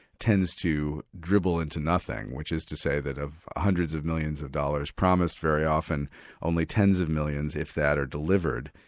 tends to dribble into nothing, which is to say that hundreds of millions of dollars promised very often only tens of millions, if that, are delivered.